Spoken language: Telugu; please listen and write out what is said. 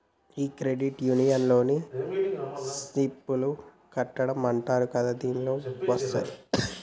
ఈ క్రెడిట్ యూనియన్లో సిప్ లు కట్టడం అంటారు కదా దీనిలోకి వత్తాయి